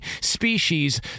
species